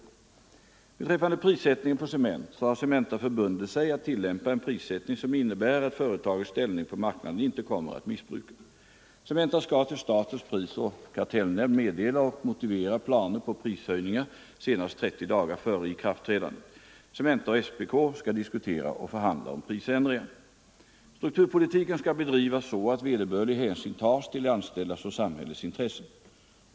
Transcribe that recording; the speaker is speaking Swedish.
Fredagen den Beträffande prissättningen på cement har Cementa förbundit sig att 29 november 1974 tillämpa en prissättning som innebär att företagets ställning på marknaden inte kommer att missbrukas. Cementa skall till statens prisoch kar Om förstatligande tellnämnd meddela och motivera planer på prishöjningar senast 30 dagar — av Industri AB före ikraftträdandet. Cementa och SPK skall diskutera och förhandla om = Euroc, m.m. prisändringar. Strukturpolitiken skall bedrivas så att vederbörlig hänsyn tas till de anställdas och samhällets intressen.